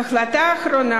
ההחלטה האחרונה,